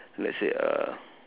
let's say uh